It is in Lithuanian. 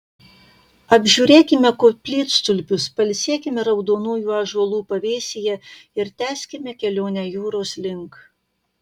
apžiūrėkime koplytstulpius pailsėkime raudonųjų ąžuolų pavėsyje ir tęskime kelionę jūros link